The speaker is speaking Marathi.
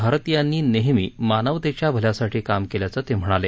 भारतीयांनी नेहमी मानवतेच्या भल्यासाठी काम केल्याचं ते म्हणाले